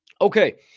Okay